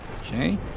okay